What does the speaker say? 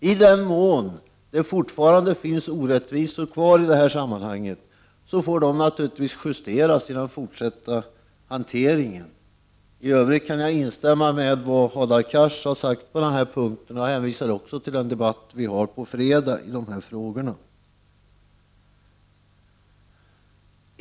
I den mån det fortfarande finns orättvisor kvar i detta sammanhang får dessa naturligtvis justeras i den fortsatta hanteringen. I övrigt kan jag instämma i vad Hadar Cars har sagt på denna punkt, och jag vill också hänvisa till den debatt om dessa frågor som vi kommer att ha på fredag.